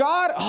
God